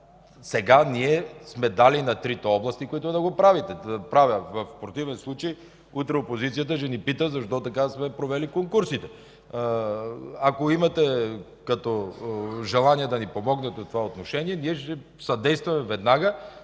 Сега сме дали на трите области, които да го правят. В противен случай утре опозицията ще ни пита защо така сме провели конкурсите. Ако имате желание да ни помогнете в това отношение, ние ще съдействаме веднага.